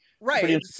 right